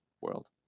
world